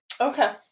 Okay